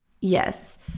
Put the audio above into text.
Yes